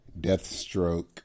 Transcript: Deathstroke